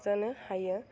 जानो हायो